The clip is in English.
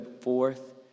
forth